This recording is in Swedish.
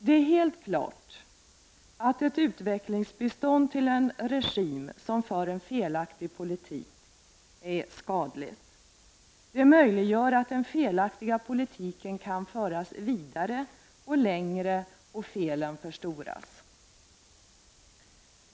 Det är helt klart att ett utvecklingsbistånd till en regim som för en felaktig politik är skadligt, Det möjliggör att den felaktiga politiken kan föras vidare och längre, och därigenom förstoras felen.